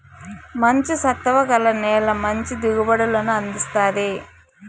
మంచి సత్తువ గల నేల మంచి దిగుబడులను అందిస్తాది